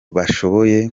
bashoboye